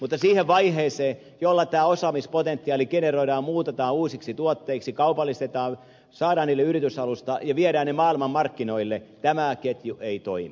mutta siinä vaiheessa jolla tämä osaamispotentiaali generoidaan muutetaan uusiksi tuotteiksi kaupallistetaan saadaan niille yritysalusta ja viedään ne maailmanmarkkinoille tämä ketju ei toimi